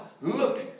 Look